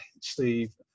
Steve